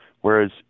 Whereas